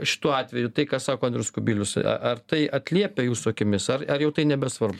šituo atveju tai ką sako andrius kubilius ar tai atliepia jūsų akimis ar jau tai nebesvarbu